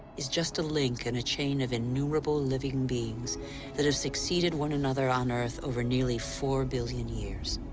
is just a link in a chain of innumerable living beings that have succeeded one another on earth over nearly four billion years.